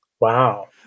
Wow